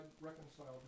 reconciled